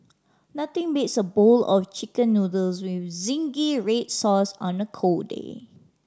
nothing beats a bowl of Chicken Noodles with zingy read sauce on a cold day